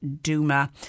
Duma